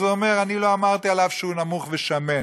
אז הוא אומר: אני לא אמרתי עליו שהוא נמוך ושמן.